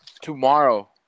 tomorrow